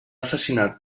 fascinat